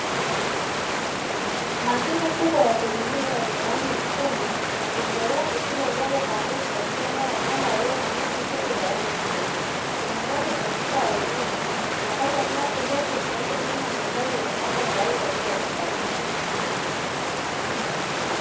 Mashine kubwa ya kulimia yenye rangi nyekundu ikiendelea kuchimba udongo kwa nguvu katika eneo la shamba lililo na nyasi fupi za rangi ya kijani, sehemu zake zinazunguka ardhini zinakata nyasi huku zikiacha nyuma mistari iliyonyooka tayari kwaajili ya kupandwa.